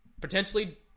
Potentially